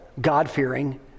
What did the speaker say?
God-fearing